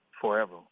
forever